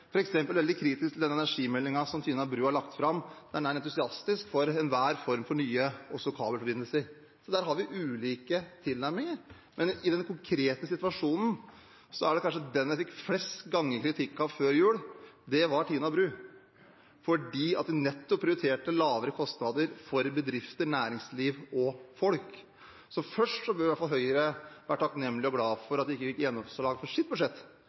veldig kritiske til den energimeldingen Tina Bru har lagt fram, der en også er entusiastisk over enhver form for nye kabelforbindelser. Der har vi ulike tilnærminger. Men i denne konkrete situasjonen var den jeg kanskje flest ganger fikk kritikk fra før jul, Tina Bru, fordi vi nettopp prioriterte lavere kostnader for bedrifter, næringsliv og folk. Så først bør i hvert fall Høyre være takknemlig og glad for at de ikke fikk gjennomslag for sitt budsjett,